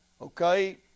Okay